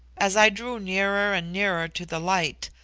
as i drew nearer and nearer to the light,